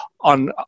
on